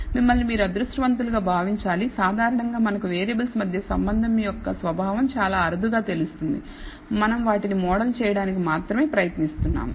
మిమ్మల్ని మీరు అదృష్టవంతులుగా భావించాలి సాధారణంగా మనకు వేరియబుల్స్ మధ్య సంబంధం యొక్క స్వభావం చాలా అరుదుగా తెలుస్తుంది మనం వాటిని మోడల్ చేయడానికి మాత్రమే ప్రయత్నిస్తున్నాము